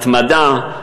התמדה,